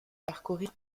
parcourir